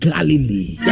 Galilee